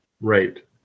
Right